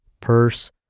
purse